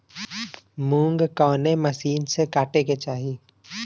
मूंग कवने मसीन से कांटेके चाही?